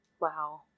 Wow